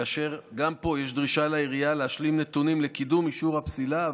כאשר גם פה יש דרישה לעירייה להשלים נתונים לקידום אישור הפסילה.